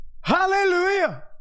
Hallelujah